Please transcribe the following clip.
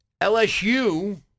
LSU